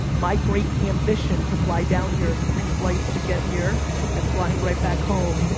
my great ambition to fly down here, three flights to get here and flying right back home.